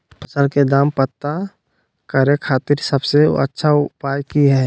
फसल के दाम पता करे खातिर सबसे अच्छा उपाय की हय?